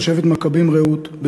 תושבת מכבים-רעות,